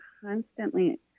constantly